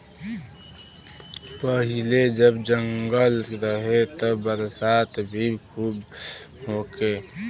पहिले जब जंगल रहे त बरसात भी खूब होखे